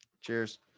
Cheers